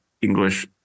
English